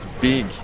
big